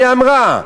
היא אמרה.